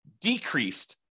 decreased